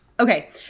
Okay